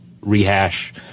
rehash